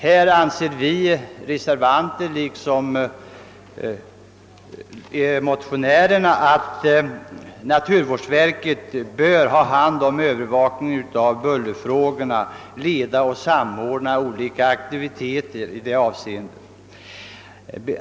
Vi reservanter anser liksom motionärerna att naturvårdsverket bör ha hand om övervakningen av bullerfrågorna samt leda och samordna olika aktiviteter i det avseendet.